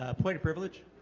ah point of privilege